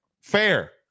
Fair